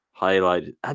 highlighted